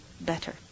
better